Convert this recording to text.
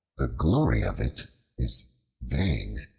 the glory of it is vain.